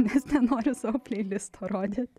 nes nenoriu savo pleilisto rodyt